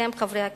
אתם, חברי הכנסת,